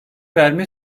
verme